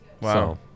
Wow